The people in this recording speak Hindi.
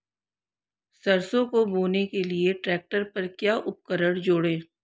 सरसों को बोने के लिये ट्रैक्टर पर क्या उपकरण जोड़ें?